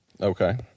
Okay